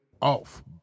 off